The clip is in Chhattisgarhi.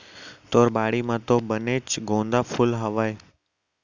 तोर बाड़ी म तो बनेच गोंदा फूल हावय